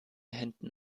händen